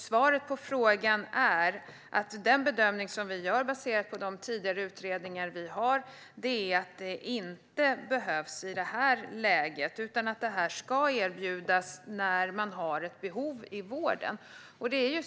Svaret är att den bedömning vi gör baserat på tidigare utredningar är att det inte behövs i detta läge utan att det ska erbjudas när det finns ett behov i vården.